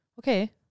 Okay